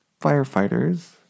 firefighters